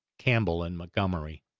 campbell and montgomery,